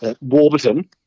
Warburton